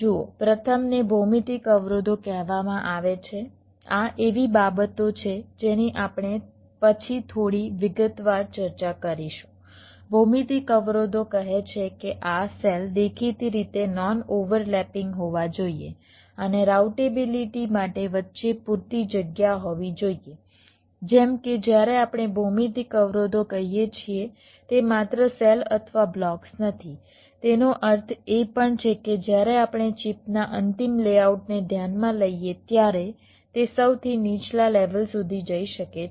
જુઓ પ્રથમને ભૌમિતિક અવરોધો કહેવામાં આવે છે આ એવી બાબતો છે જેની આપણે પછી થોડી વિગતવાર ચર્ચા કરીશું ભૌમિતિક અવરોધો કહે છે કે આ સેલ દેખીતી રીતે નોન ઓવરલેપિંગ હોવા જોઈએ અને રાઉટેબિલિટી માટે વચ્ચે પૂરતી જગ્યા હોવી જોઈએ જેમ કે જ્યારે આપણે ભૌમિતિક અવરોધો કહીએ છીએ તે માત્ર સેલ અથવા બ્લોક્સ નથી તેનો અર્થ એ પણ છે કે જ્યારે આપણે ચિપના અંતિમ લેઆઉટને ધ્યાનમાં લઈએ ત્યારે તે સૌથી નીચલા લેવલ સુધી જઈ શકે છે